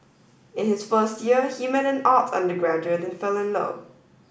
in his first year he met an arts undergraduate and fell in love